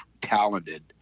talented